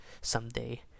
someday